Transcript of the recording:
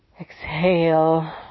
exhale